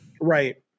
Right